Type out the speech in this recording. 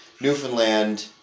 Newfoundland